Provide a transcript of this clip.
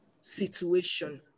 situation